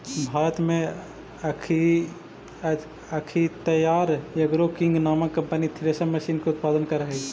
भारत में अख्तियार agro king नामक कम्पनी थ्रेसर मशीन के उत्पादन करऽ हई